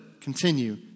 continue